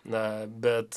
na bet